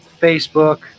Facebook